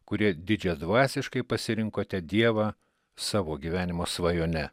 kurie didžiadvasiškai pasirinkote dievą savo gyvenimo svajone